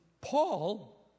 Paul